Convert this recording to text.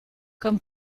comme